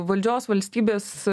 valdžios valstybės